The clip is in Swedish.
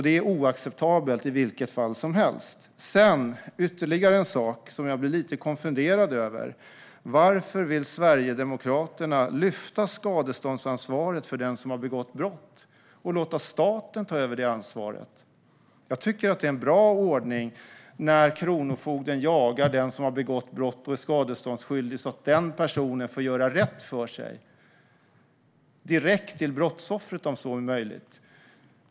Det är oacceptabelt i vilket fall som helst. Ytterligare en sak som jag blir lite konfunderad över är att Sverigedemokraterna vill lyfta skadeståndsansvaret från den som har begått brott och låta staten ta över det ansvaret. Jag tycker att det är en bra ordning att kronofogden jagar den som har begått brott och är skadeståndsskyldig så att den personen får göra rätt för sig, direkt till brottsoffret om så är möjligt.